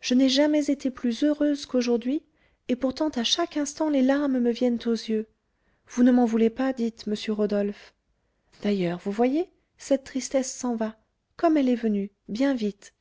je n'ai jamais été plus heureuse qu'aujourd'hui et pourtant à chaque instant les larmes me viennent aux yeux vous ne m'en voulez pas dites monsieur rodolphe d'ailleurs vous voyez cette tristesse s'en va comme elle est venue bien vite